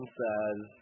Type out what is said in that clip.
says